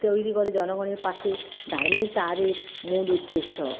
তৈরি করে জনগণের পাশে দাঁড়ানোই তাদের মূল উদ্দেশ্য